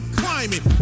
climbing